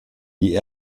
die